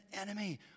enemy